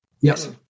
Yes